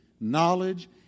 knowledge